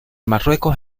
marruecos